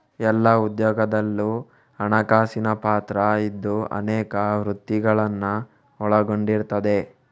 ಎಲ್ಲಾ ಉದ್ಯೋಗದಲ್ಲೂ ಹಣಕಾಸಿನ ಪಾತ್ರ ಇದ್ದು ಅನೇಕ ವೃತ್ತಿಗಳನ್ನ ಒಳಗೊಂಡಿರ್ತದೆ